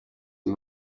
and